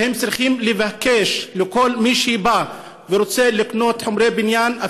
שהם צריכים לבקש מכל מי שבא ורוצה לקנות חומרי בניין,